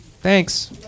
Thanks